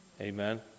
Amen